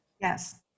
Yes